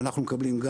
אנחנו מקבלים,